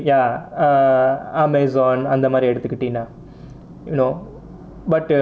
ya err Amazon அந்த மாதிரி எடுத்துகிட்டைனா:antha maathiri eduthukittainaa you know but uh